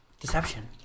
deception